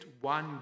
one